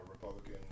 Republican